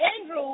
Andrew